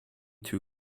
too